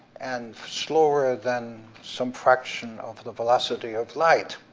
and slower than some fraction of the velocity of light.